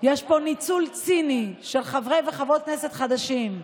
יש פה ניצול ציני של חברי וחברות כנסת חדשים,